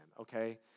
okay